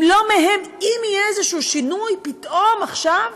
לא מהם, אם יהיה איזשהו שינוי פתאום, עכשיו.